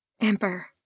Emperor